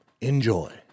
Enjoy